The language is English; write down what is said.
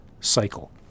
cycle